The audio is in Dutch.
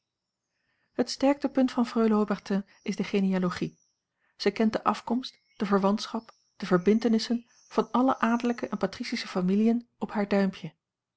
oranje het sterktepunt van freule haubertin is de genealogie zij kent de afkomst de verwantschap de verbintenissen van alle adellijke en patricische familiën op haar duimpje